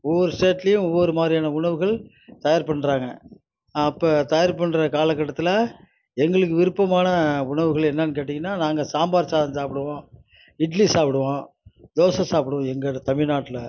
ஒவ்வொரு ஸ்டேட்லையும் ஒவ்வொரு மாதிரியான உணவுகள் தயார் பண்ணுறாங்க அப்போ தயார் பண்ணுற கால கட்டத்தில் எங்களுக்கு விருப்பமான உணவுகள் என்னென்னு கேட்டீங்கன்னால் நாங்கள் சாம்பார் சாதம் சாப்பிடுவோம் இட்லி சாப்பிடுவோம் தோசை சாப்பிடுவோம் எங்கள் இட தமிழ்நாட்டில்